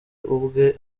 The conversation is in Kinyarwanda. ubwe